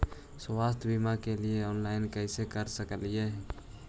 स्वास्थ्य बीमा के लिए ऑनलाइन कैसे कर सकली ही?